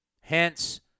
Hence